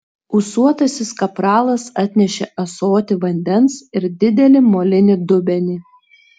ūsuotasis kapralas atnešė ąsotį vandens ir didelį molinį dubenį